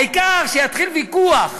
העיקר שיתחיל ויכוח